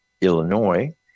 Illinois